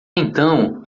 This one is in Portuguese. então